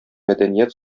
мәдәният